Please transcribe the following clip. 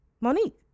Monique